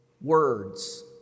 words